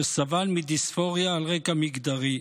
שסבל מדיספוריה על רקע מגדרי.